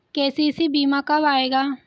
KCC बीमा कब आएगा?